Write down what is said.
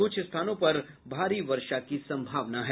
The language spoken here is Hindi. कुछ स्थानों पर भारी वर्षा की संभावना है